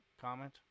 comment